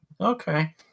okay